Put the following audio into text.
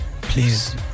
please